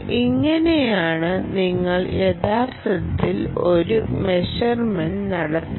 ഇങ്ങനെയാണ് നിങ്ങൾ യഥാർത്ഥത്തിൽ ഒരു മെഷർമെന്റ് നടത്തുന്നത്